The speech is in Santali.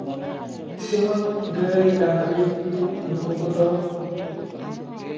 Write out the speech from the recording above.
ᱱᱩᱠᱩ ᱡᱮᱢᱚᱱ ᱜᱟᱹᱭ ᱰᱟᱹᱝᱨᱤ ᱱᱩᱠᱩ ᱠᱚᱫᱚ